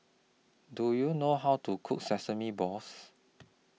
Do YOU know How to Cook Sesame Balls